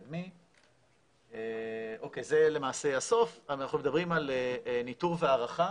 אנחנו מדברים על ניטור והערכה